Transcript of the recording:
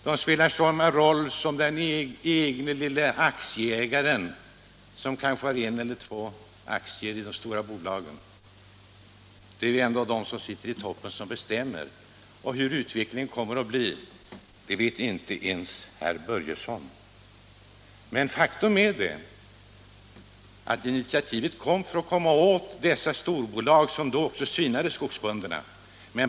Deras roll är jämförbar med den lille aktieägaren—han som kanske har en eller två aktier i det stora bolaget. Det är ju ändå de som sitter i toppen som bestämmer. Hur utvecklingen kommer att bli, vet inte ens herr Börjesson i Glömminge. Faktum ära att initiativ togs för att komma åt dessa skogsbolag som svindlade bönderna.